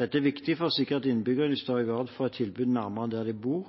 Dette er viktig for å sikre at innbyggerne i større grad får et tilbud nærmere der de bor,